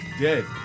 dead